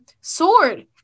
sword